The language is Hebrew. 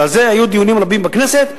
ועל זה היו דיונים רבים בכנסת,